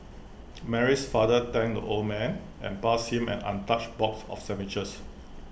Mary's father thanked the old man and passed him an untouched box of sandwiches